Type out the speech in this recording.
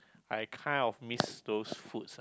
I kind of miss those foods uh